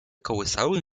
kołysały